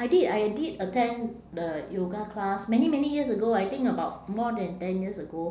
I did I did attend the yoga class many many years ago I think about more than ten years ago